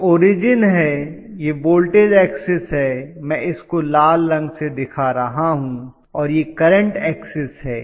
यह ऑरिजिन है यह वोल्टेज ऐक्सिस है मैं इसको लाल रंग से दिखा रहा हूं और यह करंट ऐक्सिस है